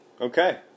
Okay